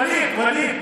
ואליד,